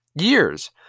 years